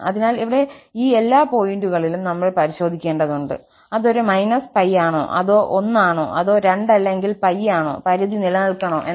അതിനാൽ ഇവിടെ ഈ എല്ലാ പോയിന്റുകളിലും നമ്മൾ പരിശോധിക്കേണ്ടതുണ്ട് അത് ഒരു −π ആണോ അതോ 1 ആണോ അതോ 2 അല്ലെങ്കിൽ π ആണോ പരിധി നിലനിൽക്കണോ എന്ന്